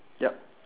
ya